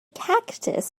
cactus